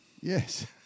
Yes